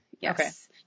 Yes